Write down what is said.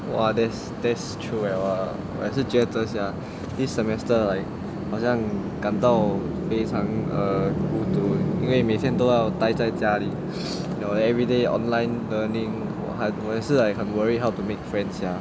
!wah! that's that's true liao ah 我也是觉得 sia this semester like 好像感到非常 err 孤独因为每天都要呆在家里 you know then everyday online learning 我我也是 like 很 worry how to make friends ya